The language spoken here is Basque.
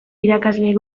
irakasleek